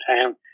town